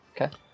Okay